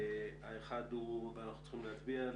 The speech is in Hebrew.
עליהם אנחנו צריכים להצביע.